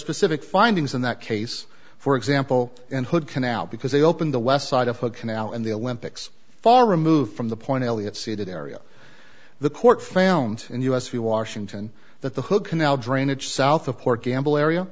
specific findings in that case for example in hood canal because they open the west side of a canal in the olympics far removed from the point elliott seated area the court found in us free washington that the hood canal drainage south of port gamble area